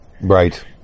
Right